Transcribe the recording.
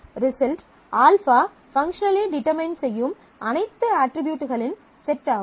result α functionally determine செய்யும் அனைத்து அட்ரிபியூட்களின் செட்டாகும்